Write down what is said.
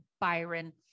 Byron